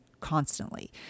constantly